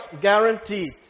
guaranteed